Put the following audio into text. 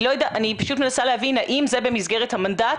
אני פשוט מנסה להבין האם זה במסגרת המנדט